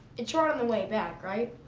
it's shorter on the way back, right?